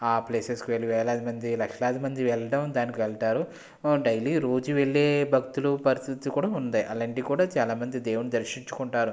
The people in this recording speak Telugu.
ఆ ప్లేసెస్కి వేలాదిమంది లక్షలాదిమంది వెళ్ళడం దానికి వెళ్ళడం వెళతారు డైలీ రోజు వెళ్ళే భక్తులు పరిస్థితి కూడా ఉంది అలాంటివి కూడా చాలా ఉంది దేవుడ్ని దర్శించుకుంటారు